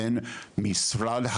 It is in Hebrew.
בין משרד,